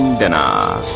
dinner